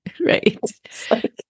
Right